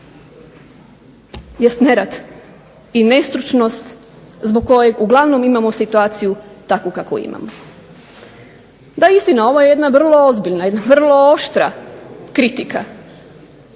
jest nerad. I nestručnost zbog koje uglavnom imamo situaciju takvu kakvu imamo. Da istina, ovo je vrlo ozbiljna i vrlo oštra kritika,